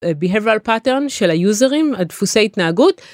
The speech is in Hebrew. behavioral pattern של היוזרים הדפוסי התנהגות.